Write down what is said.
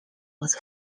was